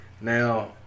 Now